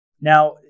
Now